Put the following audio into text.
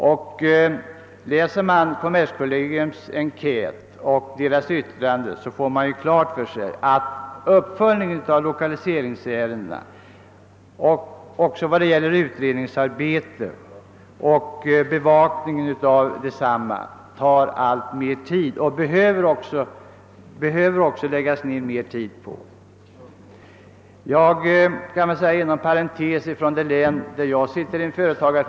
Om man läser kommerskollegiums enkät och dess yttrande, får man också klart för sig att uppföljningen av lokaliseringsärendena med det utredningsarbete och den bevakning som krävs tar alltmer tid. Jag sitter med i styrelsen för en företagareförening i det län som jag representerar.